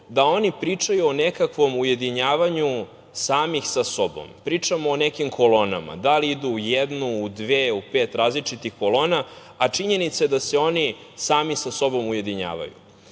da oni pričaju o nekakvom ujedinjavanju samih sa sobom. Pričamo o nekim kolonama, da li idu u jednu, dve, u pet različitih kolona, a činjenica je da se oni sami sa sobom ujedinjavaju. Jedna